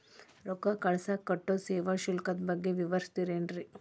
ರೊಕ್ಕ ಕಳಸಾಕ್ ಕಟ್ಟೋ ಸೇವಾ ಶುಲ್ಕದ ಬಗ್ಗೆ ವಿವರಿಸ್ತಿರೇನ್ರಿ?